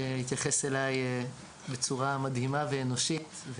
שהתייחס אליי בצורה מדהימה ואנושית,